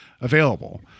available